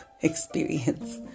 experience